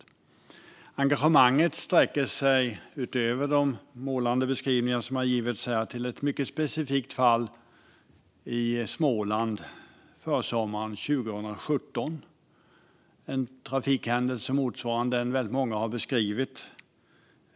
Engagemanget sträcker sig, utöver de målande beskrivningar som har givits här, till ett mycket specifikt fall i Småland under försommaren 2017. Det var en trafikhändelse som motsvarar det väldigt många har beskrivit.